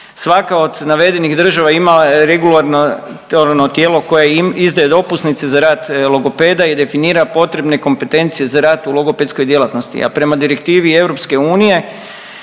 Svaka od navedenih država ima regulatorno tijelo koje izdaje dopusnice za rad logopeda i definira potrebne kompetencije za rad u logopedskoj djelatnosti, a prema direktivi EU